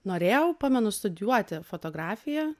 norėjau pamenu studijuoti fotografiją